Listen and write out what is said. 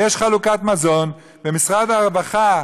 יש חלוקת מזון במשרד הרווחה.